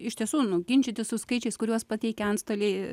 iš tiesų nu ginčytis su skaičiais kuriuos pateikė antstoliai